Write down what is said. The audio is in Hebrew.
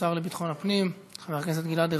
השר לביטחון הפנים חבר הכנסת גלעד ארדן,